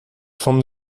vom